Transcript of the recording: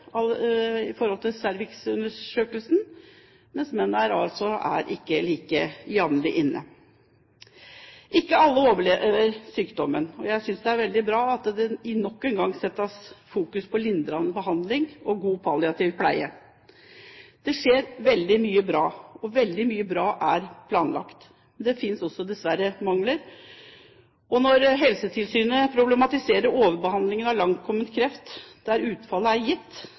alle overlever sykdommen, og jeg synes det er veldig bra at det nok en gang settes fokus på lindrende behandling og god palliativ pleie. Det skjer veldig mye bra, og veldig mye bra er planlagt, men det finnes også dessverre mangler. Når Helsetilsynet problematiserer overbehandlingen av langtkommen kreft der utfallet er gitt,